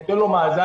נותן לו מאזן,